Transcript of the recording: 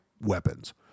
weapons